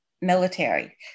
military